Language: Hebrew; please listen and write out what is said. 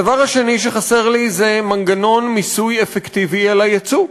הדבר השני שחסר לי זה מנגנון מיסוי אפקטיבי על היצוא.